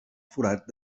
forat